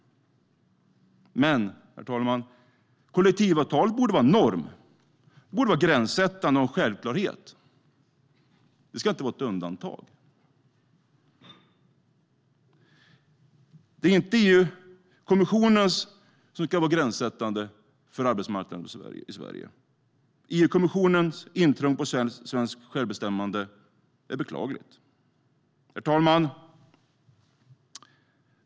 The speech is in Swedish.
Men kollektivavtalet borde vara norm. Det borde vara gränssättande och en självklarhet. Det ska inte vara ett undantag. Det är inte EU-kommissionen som ska vara gränssättande för arbetsmarknaden i Sverige. EU-kommissionens intrång på svenskt självbestämmande är beklagligt. Herr talman!